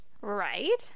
Right